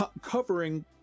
covering